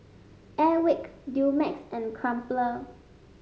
Airwick Dumex and Crumpler